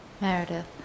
Meredith